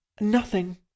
Nothing